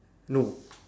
no